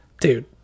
Dude